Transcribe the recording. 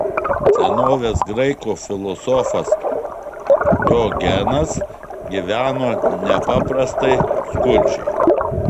senovės graikų filosofas diogenas gyveno nepaprastai skurdžiai